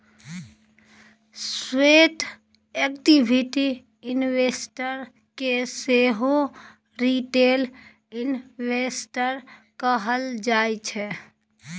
sweat equity investor केँ सेहो retail investor कहल जाइ छै